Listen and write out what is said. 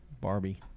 Barbie